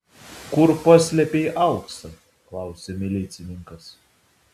kur paslėpei auksą klausia milicininkas